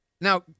Now